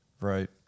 Right